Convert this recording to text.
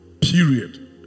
Period